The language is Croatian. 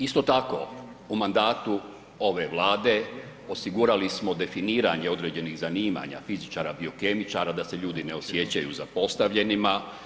Isto tako u mandatu ove Vlade osigurali smo definiranje određenih zanimanja fizičara biokemičara da se ljudi ne osjećaju zapostavljenima.